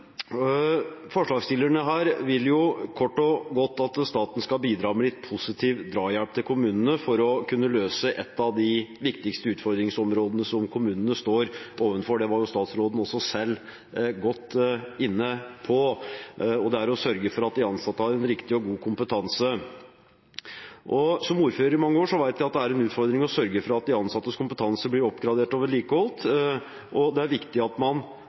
Forslagsstillerne vil kort og godt at staten skal bidra med litt positiv drahjelp til kommunene for å kunne løse ett av de viktigste utfordringsområdene kommunene står overfor – det var statsråden også selv inne på – og det er å sørge for at de ansatte har riktig og god kompetanse. Som ordfører i mange år vet jeg at det er en utfordring å sørge for at de ansattes kompetanse blir oppgradert og vedlikeholdt, og det er viktig at man